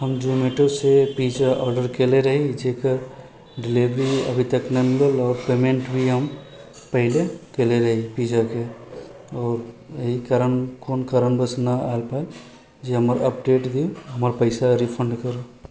हम जोमेटोसँ pizza order कएले रही जकर डिलीवरी अभी तक नहि मिलल आओर पेमेन्ट भी पहिले कएले रही पिज्जाके एहि कारण कोन कारणवश नहि आएल पाएल जे हमर अपडेट दिऔ हमर पइसा रिफण्ड करू